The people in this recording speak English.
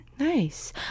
Nice